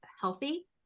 healthy